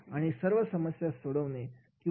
आणि सर्व समस्या सोडवणे